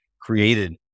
created